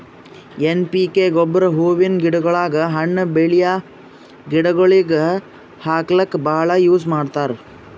N P K ಗೊಬ್ಬರ್ ಹೂವಿನ್ ಗಿಡಗೋಳಿಗ್, ಹಣ್ಣ್ ಬೆಳ್ಯಾ ಗಿಡಗೋಳಿಗ್ ಹಾಕ್ಲಕ್ಕ್ ಭಾಳ್ ಯೂಸ್ ಮಾಡ್ತರ್